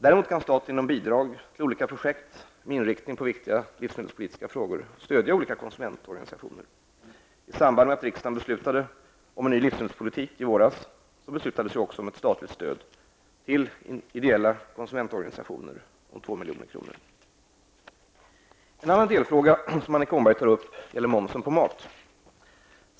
Däremot kan staten genom bidrag till olika projekt med inriktning på viktiga livsmedelspolitiska frågor stödja olika konsumentorganisationer. I samband med att riksdagen beslutade om en ny livsmedelspolitik i våras beslutades också om ett statligt stöd till ideella konsumentorganisationer om 2 milj.kr. En annan delfråga som Annika Åhnberg tar upp gäller momsen på mat.